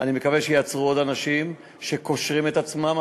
אני מקווה שייעצרו עוד אנשים שקושרים את עצמם,